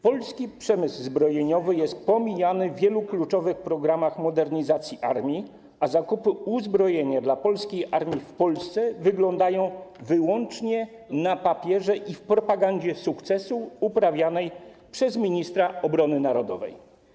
Polski przemysł zbrojeniowy jest pomijany w wielu kluczowych programach modernizacji armii, a zakupy uzbrojenia dla polskiej armii w Polsce są wyłącznie na papierze i w propagandzie sukcesu uprawianej przez ministra obrony narodowej.